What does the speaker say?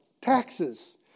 taxes